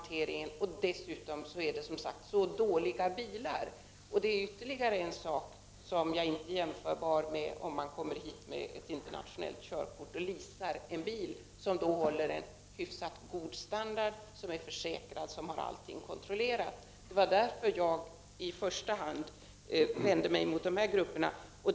Dessutom har alltså dessa människor så dåliga bilar, vilket är ytterligare en sak som gör att man inte kan jämföra med människor som kommer till Sverige från ett annat land och leasar en bil som då har en hyfsat god standard, som är försäkrad, m.m. Det var därför som jag i första hand tog upp dessa asylsökande.